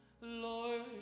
Lord